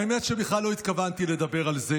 האמת שבכלל לא התכוונתי לדבר על זה,